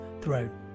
throne